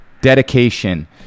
dedication